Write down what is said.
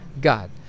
God